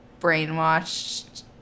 brainwashed